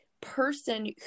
person